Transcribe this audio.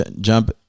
jump